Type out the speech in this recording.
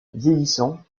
vieillissant